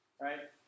Right